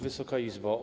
Wysoka Izbo!